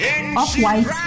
off-white